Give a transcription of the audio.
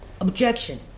objection